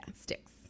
sticks